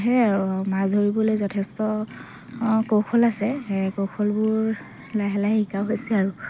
সেয়াই আৰু মাছ ধৰিবলৈও যথেষ্ট কৌশল আছে কৌশলবোৰ লাহে লাহে শিকা হৈছে আৰু